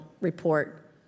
report